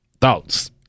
thoughts